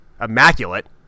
immaculate